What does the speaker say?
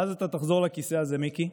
ואז אתה תחזור לכיסא הזה, מיקי,